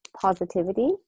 positivity